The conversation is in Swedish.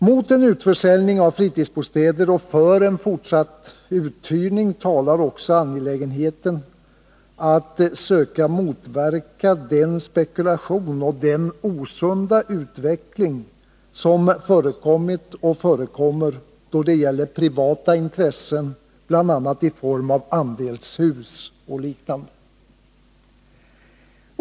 Mot en utförsäljning av fritidsbostäder och för en fortsatt uthyrning talar också det förhållandet att det är angeläget att söka motverka den spekulation och osunda utveckling som förekommit och förekommer då det gäller privata intressen, bl.a. i form av andelshus och liknande.